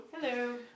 Hello